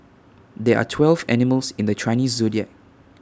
there are twelve animals in the Chinese Zodiac